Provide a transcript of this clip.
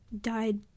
died